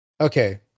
Okay